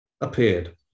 appeared